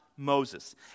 Moses